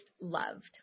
loved